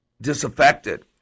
disaffected